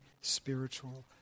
spiritual